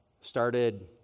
started